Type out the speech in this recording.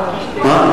בעד,